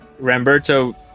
Ramberto